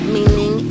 Meaning